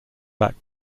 back